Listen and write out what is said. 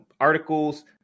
articles